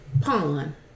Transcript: pawn